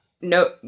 no